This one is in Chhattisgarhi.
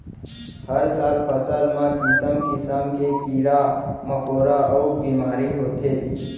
हर साल फसल म किसम किसम के कीरा मकोरा अउ बेमारी होथे